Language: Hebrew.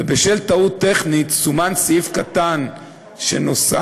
ובשל טעות טכנית סומן סעיף קטן שנוסף